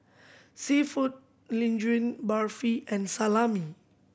Seafood Linguine Barfi and Salami